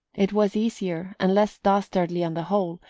it was easier, and less dastardly on the whole,